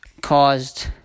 caused